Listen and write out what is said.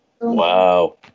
Wow